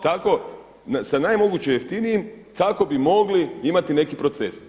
Tako sa naj moguće jeftinijim kako bi mogli imati neki proces.